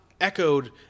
echoed